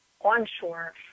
onshore